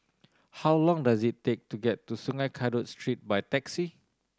how long does it take to get to Sungei Kadut Street by taxi